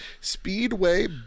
Speedway